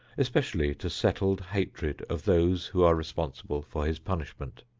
especially to settled hatred of those who are responsible for his punishment.